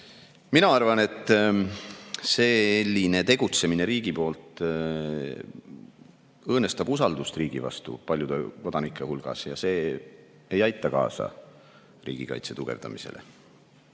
Mina arvan, et riigi selline tegutsemine õõnestab usaldust riigi vastu paljude kodanike hulgas ja see ei aita kaasa riigikaitse tugevdamisele.